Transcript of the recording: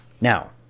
Now